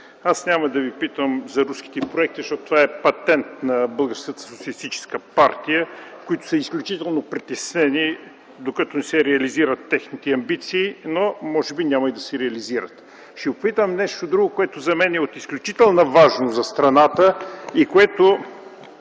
Аз няма да Ви питам за руските проекти, защото това е патент на Българската социалистическа партия, които са изключително притеснени, докато не се реализират техните амбиции, но може би няма и да се реализират. Ще Ви попитам нещо друго, което за мен е от изключителна важност за страната и което